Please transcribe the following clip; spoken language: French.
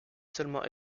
seulement